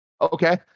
okay